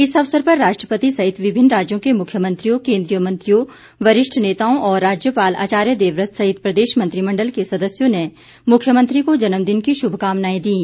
इस अवसर पर राष्ट्रपति सहित विभिन्न राज्यों के मुख्यमंत्रियों केन्द्रीय मंत्रियों वरिष्ठ नेताओं और राज्यपाल आचार्य देवव्रत सहित प्रदेश मंत्रिमण्उल के सदस्यों ने मुख्यमंत्री को जन्मदिन की शुभकामनाएं दीं